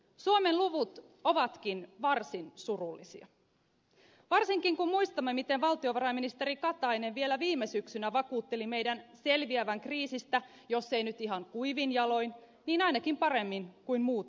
suomen luvut ovatkin varsin surullisia varsinkin kun muistamme miten valtiovarainministeri katainen vielä viime syksynä vakuutteli meidän selviävän kriisistä jos ei nyt ihan kuivin jaloin niin ainakin paremmin kuin muut euroopan maat